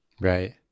Right